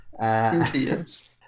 yes